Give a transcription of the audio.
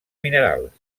minerals